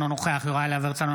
אינו נוכח יוראי להב הרצנו,